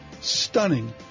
stunning